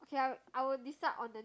okay i'll I will decide on the